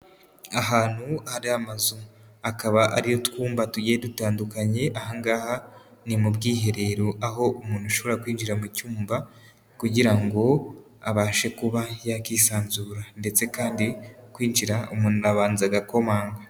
Ahantu hari mazu hakaba hariyo utwumba tugiye dutandukanye, aha ngaha ni mu bwiherero aho umuntu ashobora kwinjira mu cyumba kugira ngo abashe kuba yakisanzura ndetse kandi kwinjira umuntu abanza agakomanga.